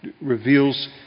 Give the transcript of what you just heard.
reveals